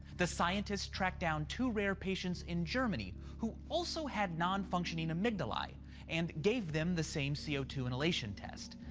the scientists tracked down two rare patients in germany who also had non-functioning amygdalae and gave them the same c o two inhalation test.